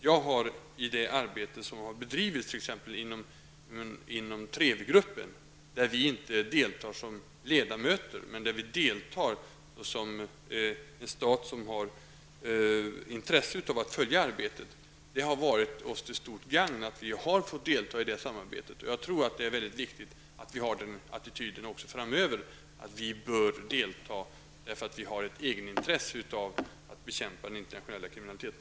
Beträffande det arbete som har bedrivits inom t.ex. TREVI-gruppen -- där Sverige inte deltar som ledamot men som en stat som har intresse av att följa arbetet -- vill jag säga att det har varit till stort gagn att vi har fått delta. Jag tror att det är mycket viktigt att vi även framdeles intar attityden att Sverige bör delta. Det föreligger ett egenintresse av att bekämpa den internationella kriminaliteten.